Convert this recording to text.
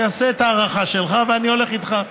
תעשה את ההערכה שלך ואני הולך איתך.